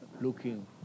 looking